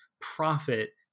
profit